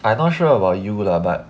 I not sure about you lah but